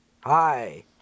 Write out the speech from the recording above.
Hi